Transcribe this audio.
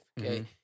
okay